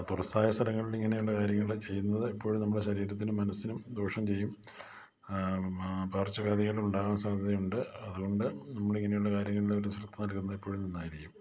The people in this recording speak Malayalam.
തുറസ്സായ സ്ഥലങ്ങളിൽ ഇങ്ങനെയുള്ള കാര്യങ്ങൾ ചെയ്യുന്നത് എപ്പോഴും നമ്മുടെ ശരീരത്തിനും മനസ്സിനും ദോഷം ചെയ്യും പകർച്ചവ്യാധികൾ ഉണ്ടാകാൻ സാധ്യതയുണ്ട് അതു കൊണ്ട് നമ്മളിങ്ങനെയുള്ള കാര്യങ്ങളിൽ ഒരു ശ്രദ്ധ നൽകുന്നതെപ്പോഴും നന്നായിരിക്കും